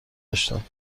داشتم